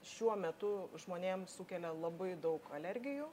šiuo metu žmonėm sukelia labai daug alergijų